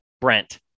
brent